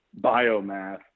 biomass